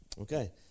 Okay